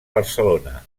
barcelona